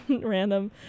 random